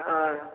हँ